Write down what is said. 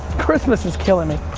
christmas is killing me.